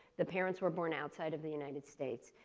the parents were born outside of the united states.